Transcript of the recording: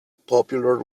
popular